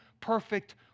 perfect